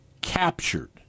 captured